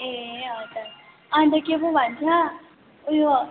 ए हजर अन्त के पो भन्छ ऊ यो